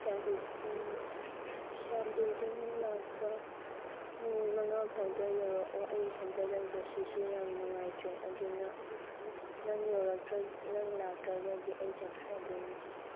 ꯀꯌꯥꯝ ꯀꯨꯏ ꯀꯌꯥꯝ ꯀꯨꯏꯗꯣꯏꯅꯣ ꯂꯥꯛꯄ ꯃꯤꯅꯤꯠ ꯃꯉꯥ ꯐꯥꯎꯗ ꯌꯧꯇꯛꯑꯣ ꯑꯩ ꯏꯊꯟꯇ ꯂꯩꯕꯁꯤꯁꯨ ꯌꯥꯝ ꯅꯨꯡꯉꯥꯏꯇ꯭ꯔꯦ ꯑꯗꯨꯅ ꯅꯪ ꯌꯧꯔꯛꯇ꯭ꯔ ꯅꯪ ꯂꯥꯛꯇ꯭ꯔꯒꯗꯤ ꯑꯩ ꯆꯠꯈ꯭ꯔꯗꯣꯏꯅꯤ